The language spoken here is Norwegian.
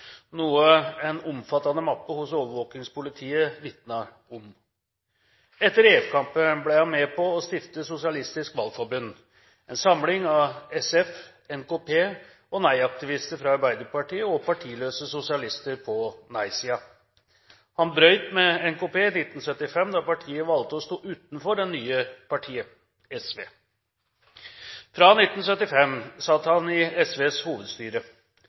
noe en omfattende mappe hos overvåkingspolitiet vitner om. Etter EF-kampen ble han med på å stifte Sosialistisk Valgforbund – en samling av SF, NKP, nei-aktivister fra Arbeiderpartiet og partiløse sosialister på nei-siden. Han brøt med NKP i 1975 da partiet valgte å stå utenfor det nye partiet SV. Fra 1975 satt han i SVs hovedstyre.